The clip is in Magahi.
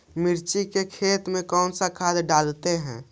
मिर्ची के खेत में कौन सा खाद डालते हैं?